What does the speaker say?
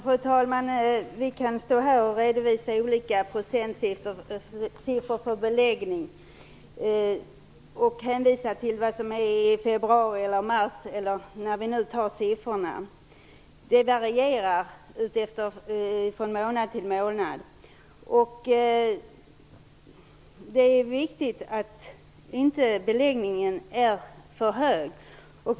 Fru talman! Visst kan vi här redovisa procentsiffror på beläggningen och hänvisa till förhållandena i februari eller mars eller under andra perioder. Siffrorna varierar från månad till månad, och det är viktigt att beläggningen inte blir för hög.